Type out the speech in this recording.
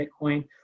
Bitcoin